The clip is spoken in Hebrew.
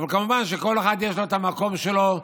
אבל כמובן שכל אחד יש לו את המקום שלו,